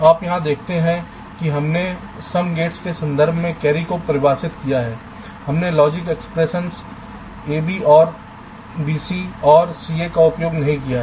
आप यहाँ देखते हैं कि हमने सम गेट्स के संदर्भ में कैरी को परिभाषित किया है हमने logic expression ab OR bc OR ca का उपयोग नहीं किया है